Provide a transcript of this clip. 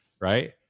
right